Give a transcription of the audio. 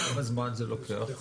כמה זמן זה לוקח?